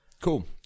Cool